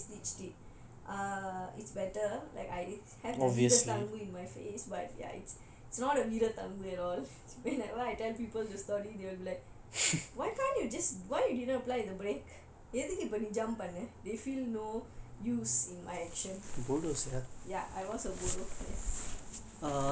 so actually now ya they stitched it err it's better like after I have the வீர தழும்பு:veera thalumbu in my face but like it's not a வீர தழும்பு:veera thalumbu at all but when I tell people the story they will be like why can't you just why didn't you just apply the brake எதுக்கு இப்போ:ethuku ippo jump பண்ணுன:pannunae they feel no use in my action